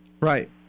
Right